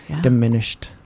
diminished